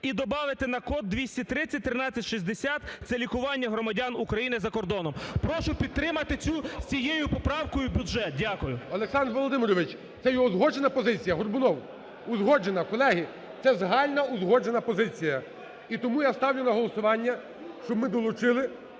і добавити на код 2301360 – це лікування громадян України за кордоном. Прошу підтримати з цією поправкою бюджет. Дякую. ГОЛОВУЮЧИЙ. Олександр Володимирович, це є узгоджена позиція? Горбунов? Узгоджена. Колеги, це загально узгоджена позиція. І тому я ставлю на голосування, щоби ми долучили